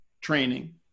training